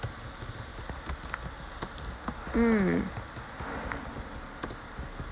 mm